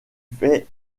fait